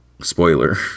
Spoiler